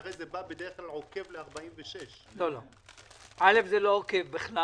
הרי בדרך כלל זה עוקב לאישור לסעיף 46. זה לא עוקב בכלל.